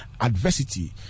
adversity